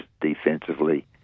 defensively